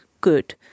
good